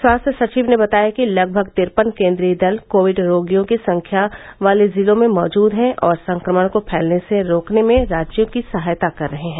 स्वास्थ्य सचिव ने बताया कि लगभग तिरपन केंद्रीय दल कोविड रोगियों की अधिक संख्या वाले जिलों में मौजूद हैं और संक्रमण को फैलने से रोकने में राज्यों की सहायता कर रहे हैं